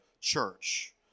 church